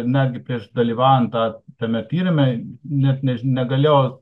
netgi prieš dalyvaujant ta tame tyrime net než negalėjo